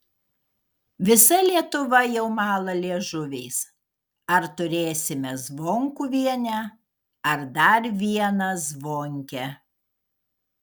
visa lietuva jau mala liežuviais ar turėsime zvonkuvienę ar dar vieną zvonkę